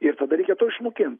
ir tada reikia to išmokint